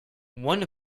one